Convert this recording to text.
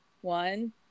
One